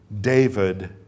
David